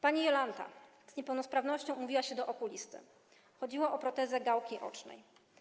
Pani Jolanta z niepełnosprawnością umówiła się do okulisty - chodziło o protezę gałki ocznej.